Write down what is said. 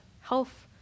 health